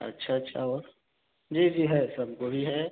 अच्छा अच्छा और जी जी है सब कोई है